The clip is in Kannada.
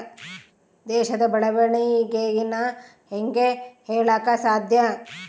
ದೇಶದ ಬೆಳೆವಣಿಗೆನ ಹೇಂಗೆ ಹೇಳಕ ಸಾಧ್ಯ?